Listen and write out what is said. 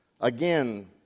again